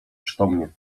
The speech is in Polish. przytomnie